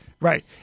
Right